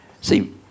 see